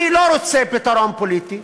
אני לא רוצה פתרון פוליטי,